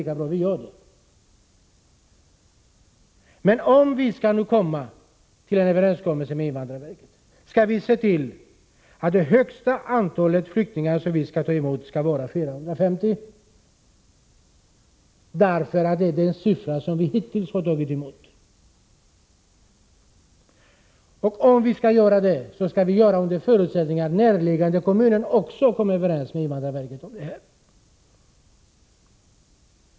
Man resonerar så här: Om vi skall komma till en överenskommelse med invandrarverket, skall vi se till att det högsta antalet flyktingar som vi tar emot skall vara 450, eftersom det är det antal vi hittills har tagit emot. Om vi skall göra detta, skall det vara under förutsättning att närliggande kommuner också kommer överens med invandrarverket om detta.